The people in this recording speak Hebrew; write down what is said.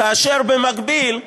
כאשר במקביל,